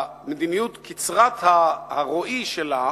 במדיניות קצרת הרואי שלה,